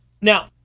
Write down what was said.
Now